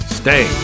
stay